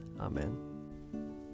Amen